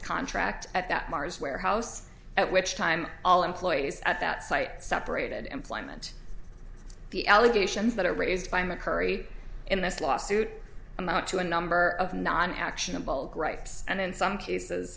contract at that marz warehouse at which time all employees at that site separated employment the allegations that are raised by mccurry in this lawsuit amount to a number of non actionable gripes and in some cases